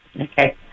Okay